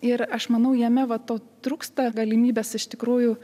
ir aš manau jame va to trūksta galimybės iš tikrųjų